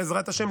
בעזרת השם,